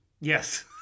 Yes